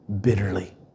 bitterly